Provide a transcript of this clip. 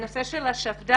בנושא של השפדן,